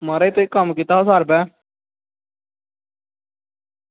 महाराज केह् कम्म कीता हा